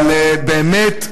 אבל באמת,